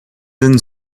than